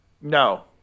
No